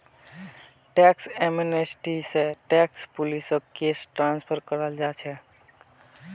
tax amnesty स tax पुलिसक case transfer कराल जा छेक